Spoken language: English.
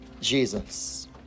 Jesus